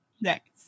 Next